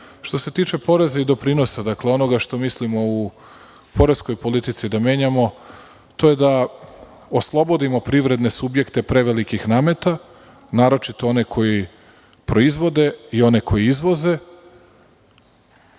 se tiče poreza i doprinosa, dakle onoga što mislimo u poreskoj politici da menjamo, to je da oslobodimo privredne subjekte prevelikih nameta, naročito one koji proizvode, i oni koji izvoze,